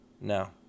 No